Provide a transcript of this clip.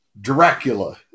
Dracula